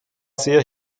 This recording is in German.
sehr